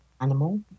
animal